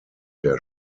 der